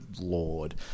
Lord